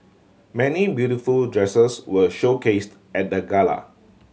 many beautiful dresses were showcased at the gala